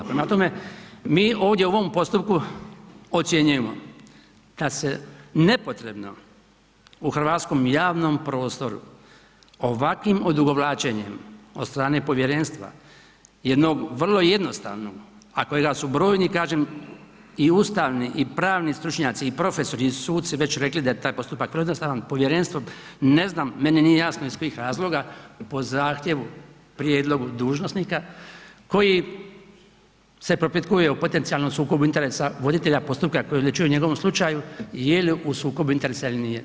Prema tome, mi ovdje u ovom postupku ocjenjujemo da se nepotrebno u hrvatskom javnom prostoru ovakvim odugovlačenjem od strane povjerenstva, jednog vrlo jednostavnog a kojega su brojni kažem i ustavni i pravni stručnjaci i profesori i suci već rekli da je taj postupak prejednostavan povjerenstvo ne znam, meni nije jasno iz kojih razloga po zahtjevu, prijedlogu dužnosnika koji se propitkuje o potencijalnom sukobu interesa voditelja postupka koji odlučuje o njegovom slučaju je li u sukobu interesa ili nije.